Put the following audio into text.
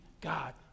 God